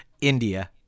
India